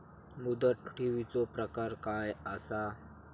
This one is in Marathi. मुदत ठेवीचो प्रकार काय असा?